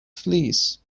fleas